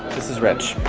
this is rich.